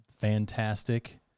fantastic